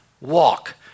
walk